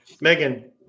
Megan